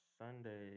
Sunday